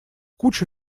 кучу